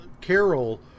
Carol